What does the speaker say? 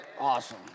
awesome